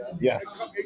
Yes